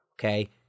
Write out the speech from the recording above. okay